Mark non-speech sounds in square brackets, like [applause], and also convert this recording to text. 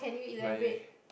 my [breath]